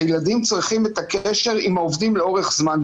הילדים צריכים את הקשר עם העובדים לאורך זמן,